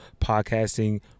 podcasting